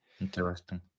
Interesting